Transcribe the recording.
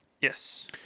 Yes